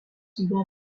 buvo